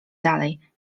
dalej